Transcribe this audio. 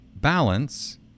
balance